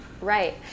Right